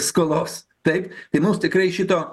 skolos taip tai mums tikrai šito